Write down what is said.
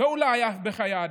ואולי אף בחיי אדם.